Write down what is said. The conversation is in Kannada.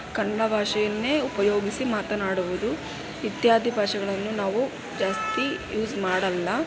ಕನ್ನಡ ಭಾಷೆಯನ್ನೇ ಉಪಯೋಗಿಸಿ ಮಾತನಾಡುವುದು ಇತ್ಯಾದಿ ಭಾಷೆಗಳನ್ನು ನಾವು ಜಾಸ್ತಿ ಯೂಸ್ ಮಾಡೋಲ್ಲ